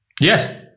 Yes